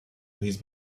his